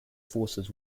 forces